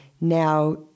now